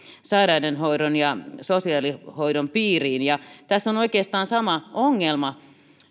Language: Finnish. sairauden hoidon ja sosiaalihoidon piiriin tässä on oikeastaan sama ongelma